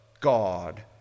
God